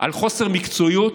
על חוסר מקצועיות,